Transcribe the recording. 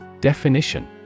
Definition